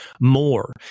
more